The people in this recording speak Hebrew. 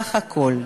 בסך הכול.